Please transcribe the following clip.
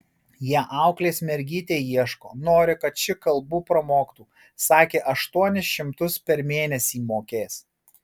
jie auklės mergytei ieško nori kad ši kalbų pramoktų sakė aštuonis šimtus per mėnesį mokės